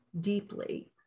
deeply